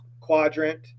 quadrant